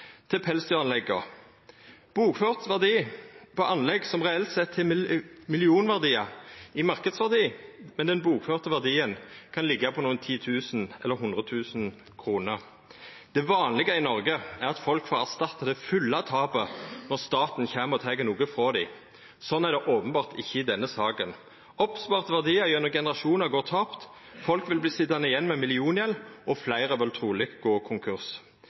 til pelsdyranlegga – bokført verdi på anlegg som reelt sett har millionverdiar i marknadsverdi, mens den bokførte verdien kan liggja på rundt 10 000 kr eller 100 000 kr. Det vanlege i Noreg er at folk får erstatta det fulle tapet når staten kjem og tek noko frå dei. Slik er det openbert ikkje i denne saka. Oppsparte verdiar gjennom generasjonar går tapt, folk kjem til å sitja igjen med milliongjeld, og fleire vil truleg gå konkurs.